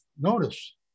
Notice